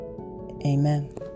Amen